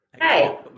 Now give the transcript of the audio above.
Hey